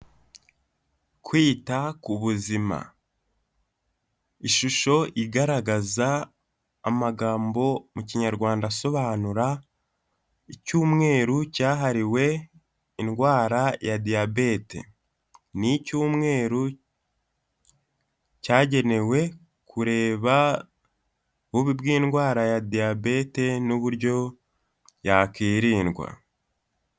Kwita ku buzima, ishusho igaragaza amagambo mu kinyarwanda asobanura, icyumweru cyahariwe indwara ya Diyabete, ni icyumweru cyagenewe kureba ububi bw'indwara ya Diyabete n'uburyo yakwirindwa.